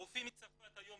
הרופאים מצרפת היום,